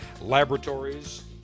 laboratories